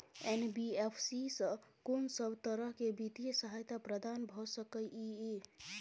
NBFC स कोन सब तरह के वित्तीय सहायता प्रदान भ सके इ? इ